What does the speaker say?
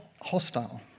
hostile